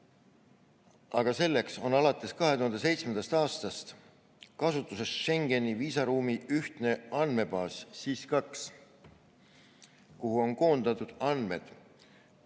Aga selleks on alates 2007. aastast kasutusel Schengeni viisaruumi ühtne andmebaas SIS II, kuhu on koondatud andmed